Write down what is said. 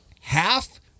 half